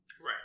Right